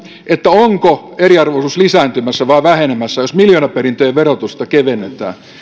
onko eriarvoisuus lisääntymässä vai vähenemässä jos miljoonaperintöjen verotusta kevennetään